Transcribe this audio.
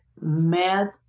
mad